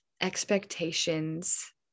expectations